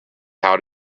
how